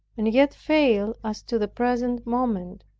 and yet fail as to the present moment.